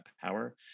power